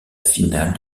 finale